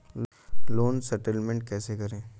Loan settlement कैसे करें?